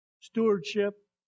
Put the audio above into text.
Stewardship